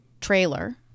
trailer